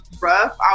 rough